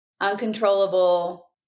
uncontrollable